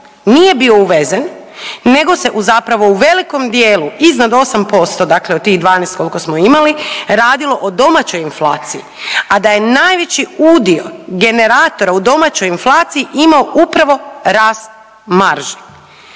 nije bi uvezen, nego se zapravo u velikom dijelu iznad 8% dakle od tih 12 koliko smo imali radilo o domaćoj inflaciji, a da je najveći udio generatora u domaćoj inflaciji imao upravo rast marže.